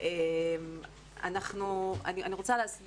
אז צריך להסביר